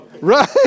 right